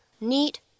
neat